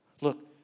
Look